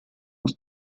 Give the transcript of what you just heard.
aus